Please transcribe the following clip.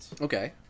Okay